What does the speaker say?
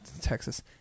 Texas